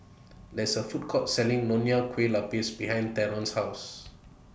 There IS A Food Court Selling Nonya Kueh Lapis behind Theron's House